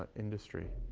ah industry.